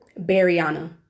Barianna